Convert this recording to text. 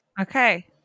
Okay